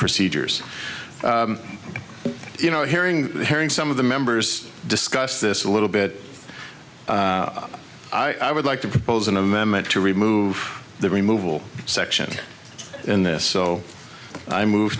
procedures you know hearing herring some of the members discuss this a little bit i would like to propose an amendment to remove the removal section in this so i moved